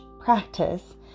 practice